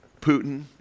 Putin